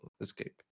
escape